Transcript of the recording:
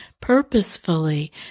purposefully